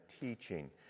teaching